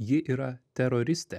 ji yra teroristė